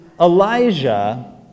Elijah